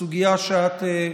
הסוגיה שאת,